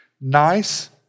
nice